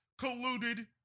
colluded